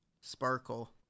sparkle